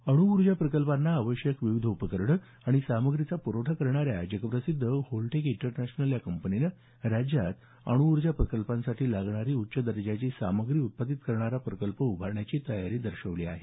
अण्ऊर्जा प्रकल्पांना आवश्यक विविध उपकरणं आणि सामग्रीचा प्रवठा करणाऱ्या जगप्रसिद्ध होलटेक इंटरनॅशनल या कंपनीनं राज्यात अणुऊर्जा प्रकल्पांसाठी लागणारी उच्च दर्जाची सामग्री उत्पादित करणारा प्रकल्प उभारण्याची तयारी दर्शवली आहे